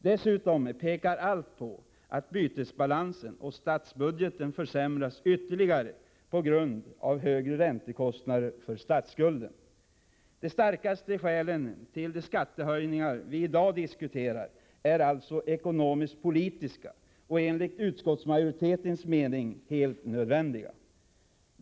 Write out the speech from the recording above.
Dessutom pekar allt på att bytesbalansen och statsbudgeten försämras ytterligare på grund av högre räntekostnader för statsskulden. De starkaste skälen till de skattehöjningar vi i dag diskuterar är alltså ekonomisk-politiska och enligt utskottsmajoritetens mening nödvändiga.